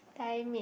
Thai made